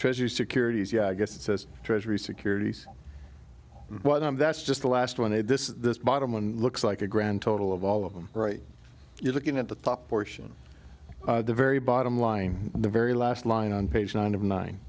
treasury securities yeah i guess it says treasury securities what i'm that's just the last one a this is this bottom one looks like a grand total of all of them right you're looking at the top portion the very bottom line the very last line on page nine of nine